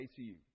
ACU